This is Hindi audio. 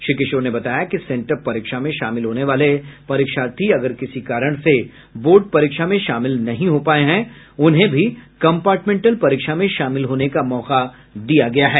श्री किशोर ने बताया कि सेंटअप परीक्षा में शामिल होने वाले परीक्षार्थी अगर किसी कारण से बोर्ड परीक्षा में शामिल नहीं हो पाए हैं उन्हें भी कम्पार्टमेंटल परीक्षा में शामिल होने का मौका दिया गया है